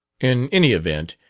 in any event,